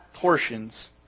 portions